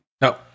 No